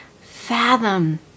fathom